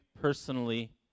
personally